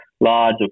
large